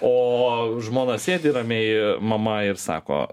o žmona sėdi ramiai mama ir sako